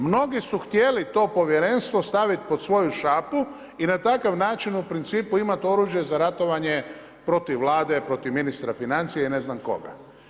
Mnogi su htjeli to povjerenstvo staviti pod svoju šapu i na takav način u principu imati oruđe za ratovanje protiv Vlade, protiv ministra financija i ne znam koga.